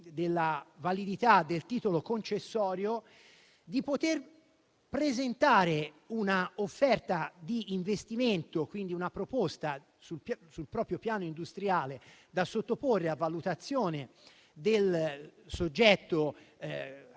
della validità del titolo concessorio, di presentare una offerta di investimento, quindi una proposta sul proprio piano industriale da sottoporre a valutazione del soggetto